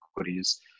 equities